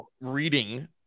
reading